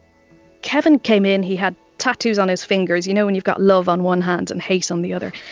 kevin came in, he had tattoos on his fingers, you know when you've got love on one hand and hate on the other,